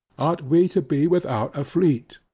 ought we to be without a fleet?